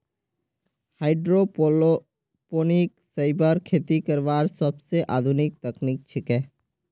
hydroponic सब्जिर खेती करला सोबसे आधुनिक तकनीक छिके